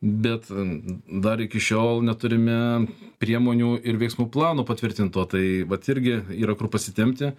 bet dar iki šiol neturime priemonių ir veiksmų plano patvirtinto tai vat irgi yra kur pasitempti